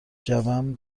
جوم